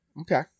Okay